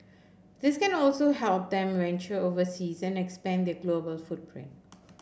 this also help them venture overseas and expand their global footprint